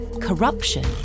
corruption